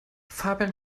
fabian